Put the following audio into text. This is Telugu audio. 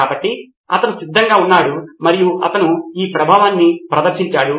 కాబట్టి అతను సిద్ధంగా ఉన్నాడు మరియు అతను ఈ ప్రభావాన్ని ప్రదర్శించాడు